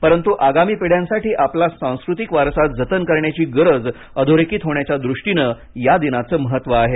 परंतु आगामी पिढ्यांसाठी आपला सांस्कृतिक वारसा जतन करण्याची गरज अधोरेखित होण्याच्या दृष्टिनं या दिनाचं महत्व आहे